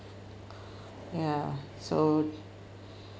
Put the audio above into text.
ya so